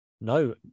No